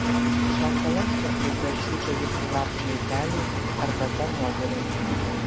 šaltalankio ir beržų džiovintų lapų milteliai arbata nuovirai